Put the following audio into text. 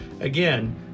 Again